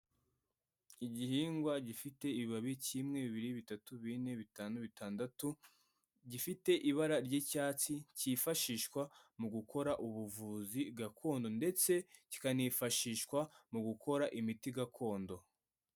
Igihingwa gifite ibibabi kimwe, bibiri, bitatu, bine, bitanu, bitandatu, gifite ibara ry'icyatsi, cyifashishwa mu gukora ubuvuzi gakondo ndetse kikanifashishwa mu gukora imiti gakondo.